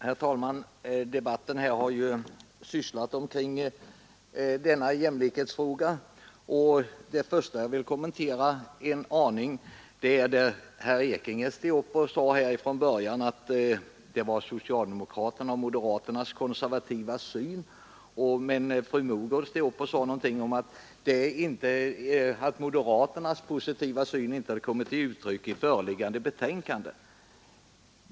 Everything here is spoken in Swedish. Herr talman! I den här debatten, som kretsar kring jämlikhetsfrågan, är det första jag vill kommentera herr Ekinges uttalande här i början om socialdemokraternas och moderaternas konservativa syn; fru Mogård steg för övrigt sedan upp och sade någonting om att moderaternas positiva syn inte hade kommit till uttryck i föreliggande betänkande.